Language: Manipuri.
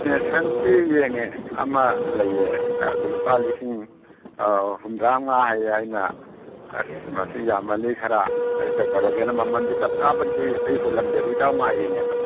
ꯌꯦꯡꯉꯦ ꯑꯃ ꯂꯩꯌꯦ ꯑꯗꯨ ꯂꯨꯄꯥ ꯂꯤꯁꯤꯡ ꯑꯥ ꯍꯨꯝꯗ꯭ꯔꯥꯉꯥ ꯍꯥꯏꯌꯦ ꯑꯩꯅ ꯑꯁ ꯃꯁꯤ ꯌꯥꯝꯃꯜꯂꯤ ꯈꯔ ꯑꯩ ꯀꯩꯗꯧꯔꯒꯦꯅ ꯃꯃꯟꯗꯤ ꯆꯞ ꯆꯥꯕꯗꯤ ꯑꯩ ꯍꯨꯜꯂꯝꯗꯦꯕ ꯏꯇꯥꯎ ꯉꯥꯏꯔꯤꯅꯦꯕ